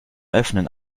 öffnen